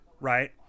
right